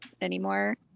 anymore